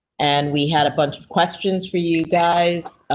and we had a bunch of questions for you guys.